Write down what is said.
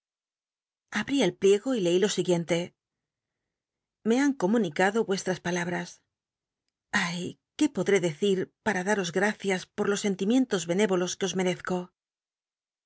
el pliego y leí lo siguiente me han comunicado yueslras palabras ay qué podré decir para daros gracias por los sentimientos benévolos que os merezco